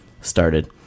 started